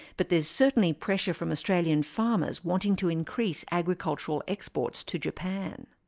but there's certainly pressure from australian farmers wanting to increase agricultural exports to japan.